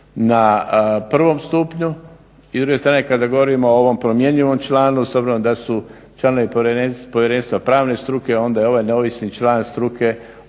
na prvom stupnju. I s druge strane kada govorimo o ovom promjenjivom članu, s obzirom da su članovi povjerenstva pravne struke onda je ovaj neovisni član struke